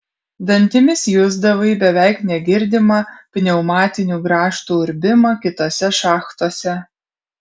dantimis jusdavai beveik negirdimą pneumatinių grąžtų urbimą kitose šachtose